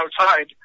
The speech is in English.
outside